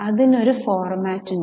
അതിനു ഒരു ഫോർമാറ്റ് ഉണ്ട്